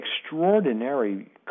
extraordinary